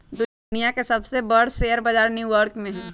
दुनिया के सबसे बर शेयर बजार न्यू यॉर्क में हई